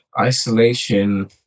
isolation